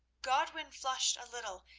godwin flushed a little,